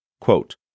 Quote